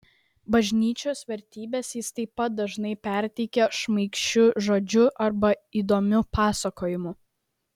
bažnyčios vertybes jis taip pat dažnai perteikia šmaikščiu žodžiu arba įdomiu pasakojimu